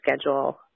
schedule